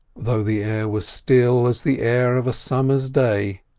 though the air was still as the air of a summer's day,